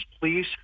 please